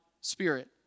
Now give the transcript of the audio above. spirit